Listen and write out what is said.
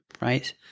right